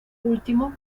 último